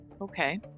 Okay